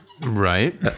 right